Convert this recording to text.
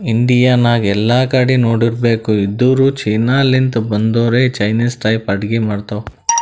India ನಾಗ್ ಎಲ್ಲಾ ಕಡಿ ನೋಡಿರ್ಬೇಕ್ ಇದ್ದೂರ್ ಚೀನಾ ಲಿಂತ್ ಬಂದೊರೆ ಚೈನಿಸ್ ಟೈಪ್ ಅಡ್ಗಿ ಮಾಡ್ತಾವ್